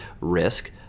risk